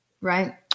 right